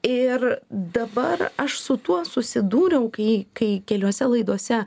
ir dabar aš su tuo susidūriau kai kai keliose laidose